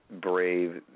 brave